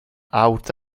aut